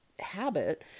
habit